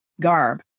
garb